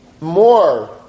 more